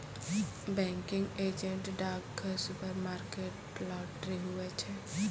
banking agent डाकघर, supermarket, lottery, हुवै छै